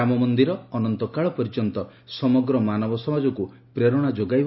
ରାମମନ୍ଦିର ଅନନ୍ତକାଳ ପର୍ଯ୍ୟନ୍ତ ସମଗ୍ର ମାନବ ସମାଜକୁ ପ୍ରେରଣା ଯୋଗାଇବ